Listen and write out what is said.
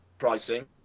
Pricing